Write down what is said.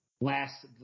last